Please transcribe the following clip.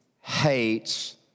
hates